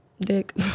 dick